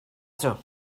ydw